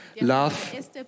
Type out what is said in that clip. love